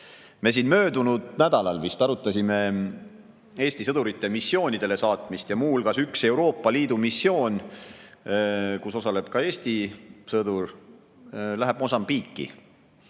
Me siin vist möödunud nädalal arutasime Eesti sõdurite missioonidele saatmist. Muu hulgas üks Euroopa Liidu missioon, kus osaleb ka Eesti sõdur, on Mosambiigis.